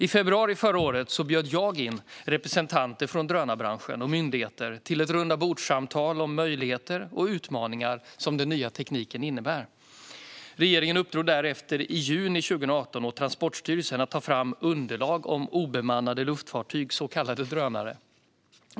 I februari förra året bjöd jag in representanter från drönarbranschen och myndigheter till ett rundabordssamtal om möjligheter och utmaningar som den nya tekniken innebär. Regeringen uppdrog därefter i juni 2018 åt Transportstyrelsen att ta fram underlag om obemannade luftfartyg, så kallade drönare.